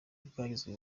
bwagizwe